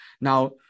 now